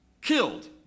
killed